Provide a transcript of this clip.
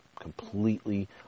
completely